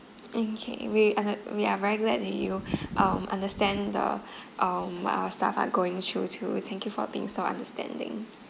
mm K we are the we are very glad that you um understand the um what our staff are going through too thank you for being so understanding